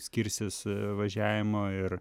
skirsis važiavimo ir